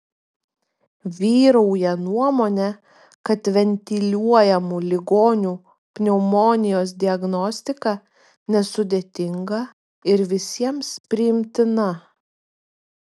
vyrauja nuomonė kad ventiliuojamų ligonių pneumonijos diagnostika nesudėtinga ir visiems priimtina